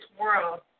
world